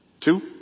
Two